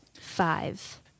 Five